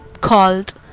called